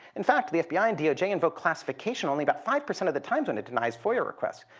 in fact, the fbi and doj invoke classification only about five percent of the times when it denies foia requests.